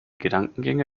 gedankengänge